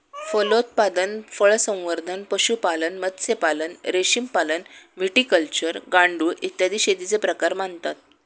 फलोत्पादन, फळसंवर्धन, पशुपालन, मत्स्यपालन, रेशीमपालन, व्हिटिकल्चर, गांडूळ, इत्यादी शेतीचे प्रकार मानतात